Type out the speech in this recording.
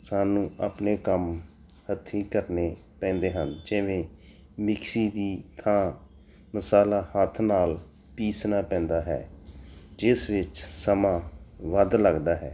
ਸਾਨੂੰ ਆਪਣੇ ਕੰਮ ਹੱਥੀਂ ਕਰਨੇ ਪੈਂਦੇ ਹਨ ਜਿਵੇਂ ਮਿਕਸੀ ਦੀ ਥਾਂ ਮਸਾਲਾ ਹੱਥ ਨਾਲ ਪੀਸਣਾ ਪੈਂਦਾ ਹੈ ਜਿਸ ਵਿੱਚ ਸਮਾਂ ਵੱਧ ਲੱਗਦਾ ਹੈ